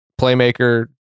playmaker